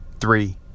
three